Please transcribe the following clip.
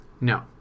No